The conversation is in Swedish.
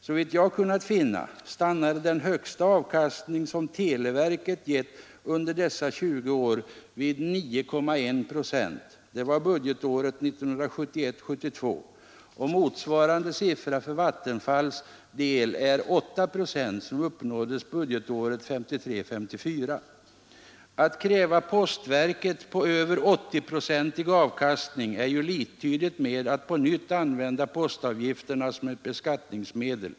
Såvitt jag kunnat finna stannade den högsta avkastning som televerket gett under dessa 20 år vid 9,1 procent. Det var budgetåret 1971 54. Att kräva postverket på en över 80-procentig avkastning är ju liktydigt med att på nytt använda postavgifterna som ett beskattningsmedel.